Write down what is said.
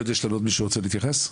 רוצה להתייחס?